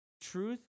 truth